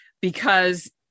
because-